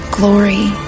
glory